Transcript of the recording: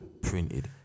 printed